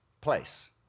place